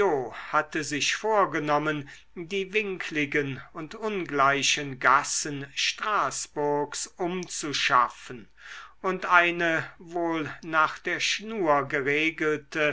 hatte sich vorgenommen die winkligen und ungleichen gassen straßburgs umzuschaffen und eine wohl nach der schnur geregelte